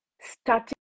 starting